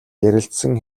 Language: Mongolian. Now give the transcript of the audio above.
ярилцсан